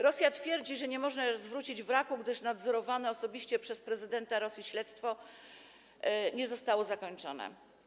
Rosja twierdzi, że nie może zwrócić wraku, gdyż nadzorowane osobiście przez prezydenta Rosji śledztwo nie zostało zakończone.